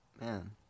Man